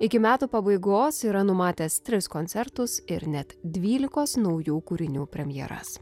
iki metų pabaigos yra numatęs tris koncertus ir net dvylikos naujų kūrinių premjeras